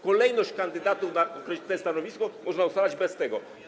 Kolejność kandydatów na określone stanowisko można ustalać bez tego.